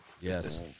Yes